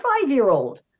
five-year-old